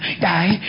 die